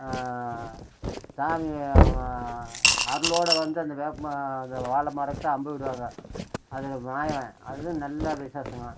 சாமி அருளோட வந்து அந்த வேப்ப ம அந்த வாழ மரத்தை அம்பு விடுவாங்க அது மாயன் அதுவும் நல்ல விசேஷங்க